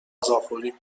غذاخوری